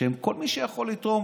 שכל מי שיכול לתרום